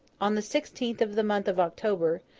on the sixteenth of the month of october,